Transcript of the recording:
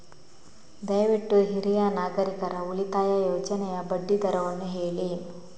ದಯವಿಟ್ಟು ಹಿರಿಯ ನಾಗರಿಕರ ಉಳಿತಾಯ ಯೋಜನೆಯ ಬಡ್ಡಿ ದರವನ್ನು ಹೇಳಿ